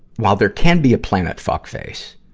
while there can be a planet fuckface,